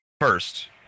first